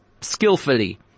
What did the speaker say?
skillfully